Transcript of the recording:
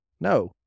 No